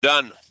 done